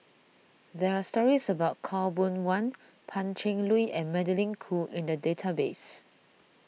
there are stories about Khaw Boon Wan Pan Cheng Lui and Magdalene Khoo in the database